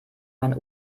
mein